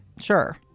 Sure